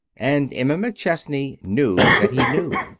and emma mcchesney knew that he knew.